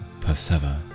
Persever